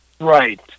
Right